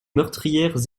meurtrières